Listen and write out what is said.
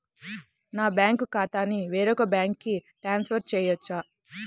నా బ్యాంక్ ఖాతాని వేరొక బ్యాంక్కి ట్రాన్స్ఫర్ చేయొచ్చా?